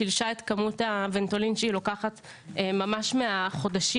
שילשה את כמות הוונטולין שהיא לוקחת ממש מהחודשים